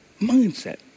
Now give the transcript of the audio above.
Mindset